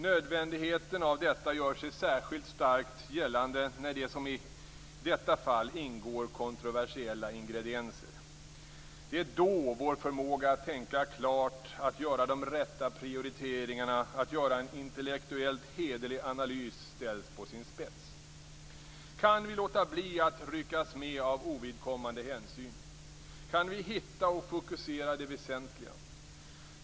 Nödvändigheten av detta gör sig särskilt starkt gällande när det som i detta fall ingår kontroversiella ingredienser. Det är då vår förmåga att tänka klart, att göra de rätta prioriteringarna och att göra en intellektuellt hederlig analys ställs på sin spets. Kan vi låta bli att ryckas med av ovidkommande hänsyn? Kan vi hitta och fokusera det väsentliga?